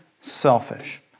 selfish